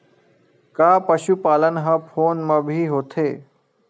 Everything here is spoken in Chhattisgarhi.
का पशुपालन ह फोन म भी होथे?